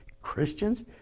Christians